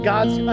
God's